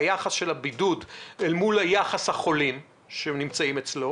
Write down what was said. היחס של הבידוד אל מול יחס החולים שנמצאים אצלו.